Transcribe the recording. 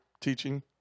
teaching